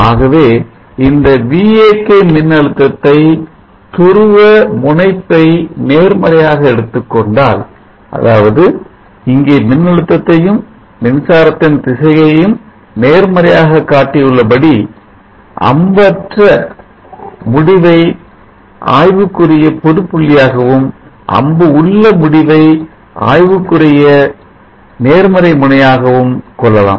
ஆகவே இந்த Vak மின்னழுத்தத்தை துருவ முனைப்பை நேர்மறையாக எடுத்துக்கொண்டால் அதாவது இங்கே மின் அழுத்தத்தையும் மின்சாரத்தின் திசையையும் நேர்மறையாக காட்டியுள்ளபடி அம்பு அற்ற முடிவை ஆய்வுக்குரிய பொது புள்ளியாகவும் அம்பு உள்ள முடிவை ஆய்வுக்குரிய நேர்மறை முனையமாகவும் கொள்ளலாம்